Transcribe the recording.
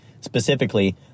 Specifically